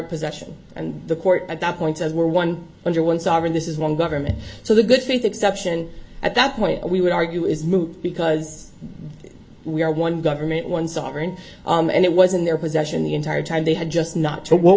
possession and the court at that point says we're one under one sovereign this is one government so the good faith exception at that point we would argue is moot because we are one government one sovereign and it was in their possession the entire time they had just not to what